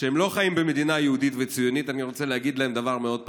שהם לא חיים במדינה יהודית וציונית אני רוצה להגיד להם דבר מאוד פשוט: